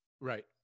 Right